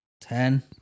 Ten